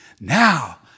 now